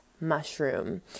mushroom